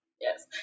Yes